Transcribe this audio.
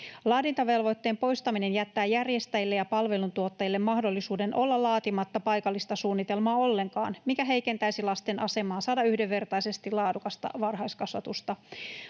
Laadintavelvoitteen poistaminen jättää järjestäjille ja palveluntuottajille mahdollisuuden olla laatimatta paikallista suunnitelmaa ollenkaan, mikä heikentäisi lasten asemaa saada yhdenvertaisesti laadukasta varhaiskasvatusta.